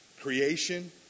Creation